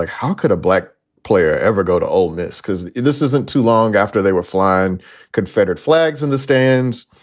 like how could a black player ever go to ole miss? because this isn't too long after they were flying confederate flags in the stands.